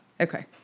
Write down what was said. Okay